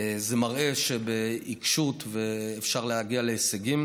זה מראה שבעיקשות אפשר להגיע להישגים,